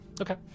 Okay